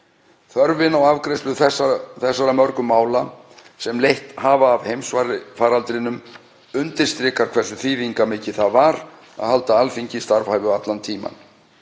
Þörfin á afgreiðslu þessara mörgu mála sem leitt hefur af heimsfaraldrinum undirstrikar hversu þýðingarmikið það var að halda Alþingi starfhæfu allan tímann.